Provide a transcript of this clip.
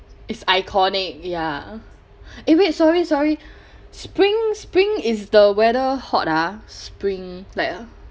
it's iconic ya eh wait sorry sorry spring spring is the weather hot ah spring like uh